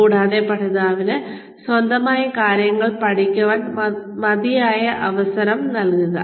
കൂടാതെ പഠിതാവിന് സ്വന്തമായി കാര്യങ്ങൾ പഠിക്കാൻ മതിയായ അവസരം നൽകുക